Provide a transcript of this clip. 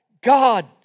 God